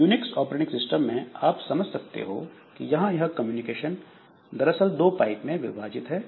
Unix operating system में आप समझ सकते हो कि यहां यह कम्युनिकेशन दरअसल दो पाइप में विभाजित है